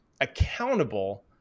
accountable